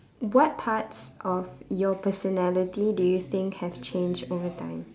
what parts of your personality do you think have changed over time